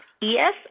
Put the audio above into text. Yes